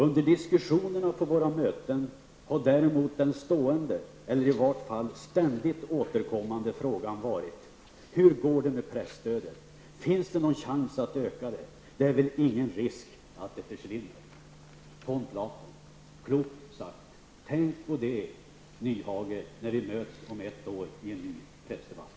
Under diskussionerna på våra möten har däremot den stående -- eller i vart fall ständigt återkommande -- frågan varit: Hur går det med presstödet? Finns det nån chans att öka det? Det är väl ingen risk att det försvinner?'' Detta har alltså von Platen sagt. Klokt sagt. Tänk på det, Hans Nyhage, när vi möts om ett år i en ny pressdebatt.